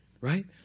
Right